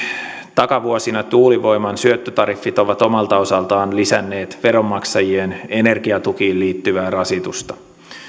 takavuosina tuulivoiman syöttötariffit ovat omalta osaltaan lisänneet veronmaksajien energiatukiin liittyvää rasitusta